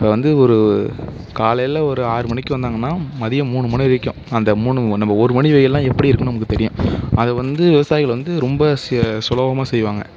இப்போ வந்து ஒரு காலையில் ஒரு ஆறு மணிக்கு வந்தாங்கன்னால் மதியம் மூணு மணி வரைக்கும் அந்த மூணு அந்த ஒரு மணி வெயில்லாம் எப்படி இருக்கும்னு நமக்கு தெரியும் அதை வந்து விவசாயிகள் வந்து ரொம்ப ச சுலபமாக செய்வாங்க